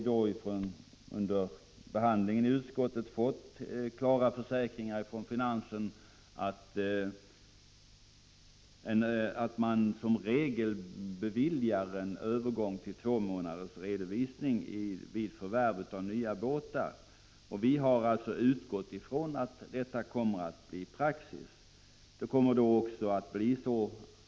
Under behandlingen i utskottet har vi fått klara försäkringar från finansdepartementet om att man som regel beviljar övergång till tvåmånadersredovisning vid förvärv av nya båtar. Vi har alltså utgått från att detta kommer att bli praxis.